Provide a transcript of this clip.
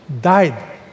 died